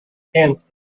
hence